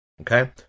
okay